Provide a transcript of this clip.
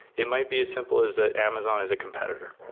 it might be as simple as that amazon is a competitor,